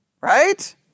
right